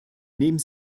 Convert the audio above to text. nehmen